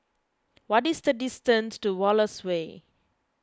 what is the distance to Wallace Way